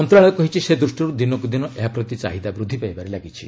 ମନ୍ତ୍ରଣାଳୟ କହିଛି ସେ ଦୂଷ୍ଟିରୁ ଦିନକୁ ଦିନ ଏହାପ୍ରତି ଚାହିଦା ବୃଦ୍ଧି ପାଇବାରେ ଲାଗିଛି